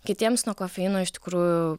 kitiems nuo kofeino iš tikrųjų